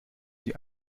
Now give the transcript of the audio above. sie